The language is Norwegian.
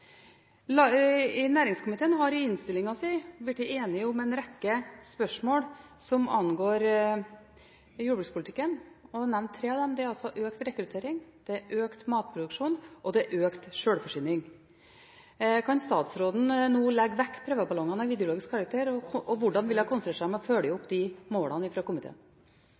angår jordbrukspolitikken, og jeg vil nevne tre av dem: Det er økt rekruttering, det er økt matproduksjon, og det er økt sjølforsyning. Kan statsråden nå legge vekk prøveballongene av ideologisk karakter? Hvordan vil hun konsentrere seg om å følge opp de målene fra komiteen?